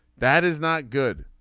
that is not good.